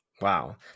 Wow